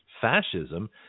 Fascism